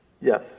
Yes